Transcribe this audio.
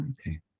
okay